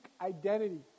identity